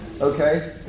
Okay